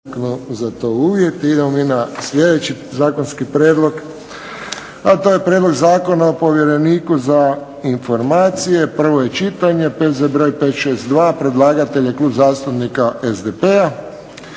Idemo mi na sljedeći zakonski prijedlog, a to je –- Prijedlog Zakona o povjereniku za informacije, prvo čitanje, P.Z. br. 562 Predlagatelj je Klub zastupnika SDP-a.